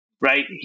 right